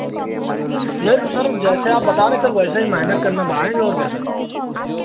नहीं तो सर अब जैसे आप बता रहें सर वैसे ही मेहनत करना बढ़ाएँगे और क्या सर